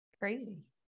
crazy